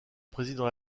président